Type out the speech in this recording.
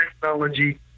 technology